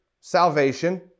salvation